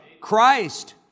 Christ